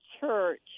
church